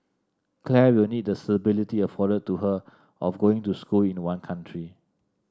Claire will need the stability afforded to her of going to school in one country